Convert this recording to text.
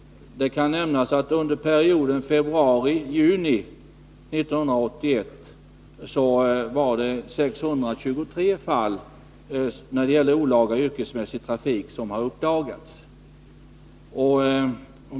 Det kan nämnas att det under perioden februari-juni 1981 har uppdagats 623 fall när det gäller olaglig yrkesmässig trafik.